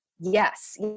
yes